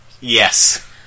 Yes